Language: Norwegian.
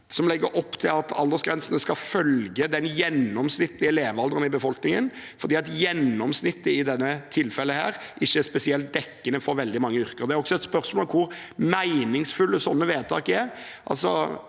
som legger opp til at aldersgrensene skal følge den gjennomsnittlige levealderen i befolkningen, for gjennomsnittet er i dette tilfellet ikke spesielt dekkende for veldig mange yrker. Det er også et spørsmål om hvor meningsfulle sånne vedtak er.